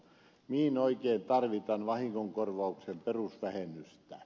mihin oikein tarvitaan vahingonkorvauksen perusvähennystä